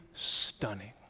stunning